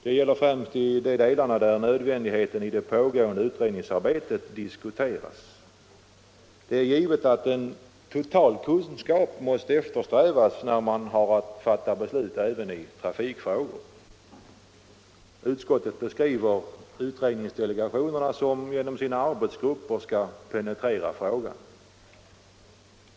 Detta gäller främst i de delar där nödvändigheten av det pågående utredningsarbetet diskuteras. Det är givet att en total kunskap måste eftersträvas, även när man har att fatta beslut i trafikfrågor. Utskottet beskriver utredningsdelegationerna, vilka genom sina arbetsgrupper skall penetrera frågan.